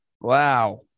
Wow